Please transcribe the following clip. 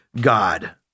God